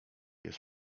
jest